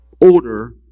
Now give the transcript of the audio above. order